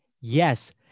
Yes